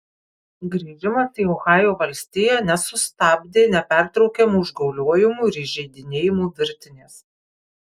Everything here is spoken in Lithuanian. grįžimas į ohajo valstiją nesustabdė nepertraukiamų užgauliojimų ir įžeidinėjimų virtinės